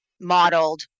modeled